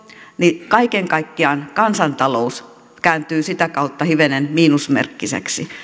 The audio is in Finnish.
niin kaiken kaikkiaan kansantalous kääntyy sitä kautta hivenen miinusmerkkiseksi